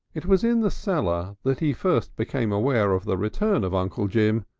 it was in the cellar that he first became aware of the return of uncle jim.